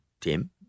Tim